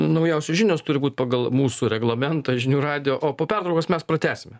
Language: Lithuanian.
naujausios žinios turi būt pagal mūsų reglamentą žinių radijo o po pertraukos mes pratęsime